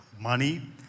money